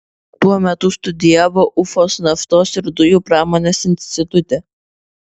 tuo metu studijavo ufos naftos ir dujų pramonės institute